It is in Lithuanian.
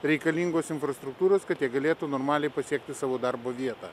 reikalingos infrastruktūros kad jie galėtų normaliai pasiekti savo darbo vietą